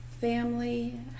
family